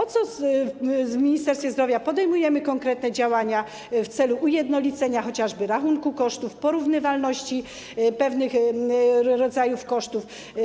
W Ministerstwie Zdrowia podejmujemy konkretne działania w celu ujednolicenia chociażby rachunku kosztów, metod porównywalności pewnych rodzajów kosztów.